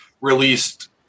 released